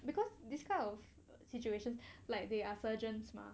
because this kind of situation like they are surgeons mah